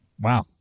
Wow